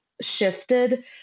shifted